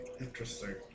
Interesting